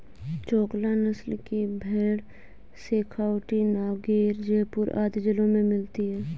चोकला नस्ल की भेंड़ शेखावटी, नागैर, जयपुर आदि जिलों में मिलती हैं